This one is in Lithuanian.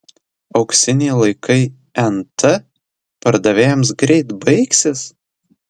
auksiniai laikai nt pardavėjams greit baigsis